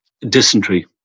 dysentery